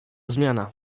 zmiana